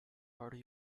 harder